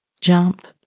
jump